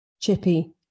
chippy